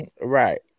Right